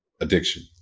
addiction